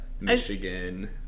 Michigan